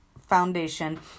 Foundation